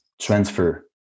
transfer